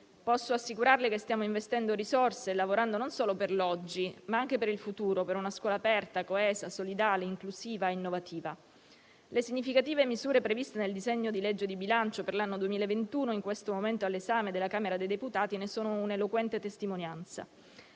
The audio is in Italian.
senatrice Granato, che stiamo investendo risorse e lavorando non solo per l'oggi ma anche per il futuro, per una scuola aperta, coesa, solidale, inclusiva e innovativa. Le significative misure previste nel disegno di legge di bilancio per l'anno 2021, in questo momento all'esame della Camera dei deputati, ne sono un'eloquente testimonianza.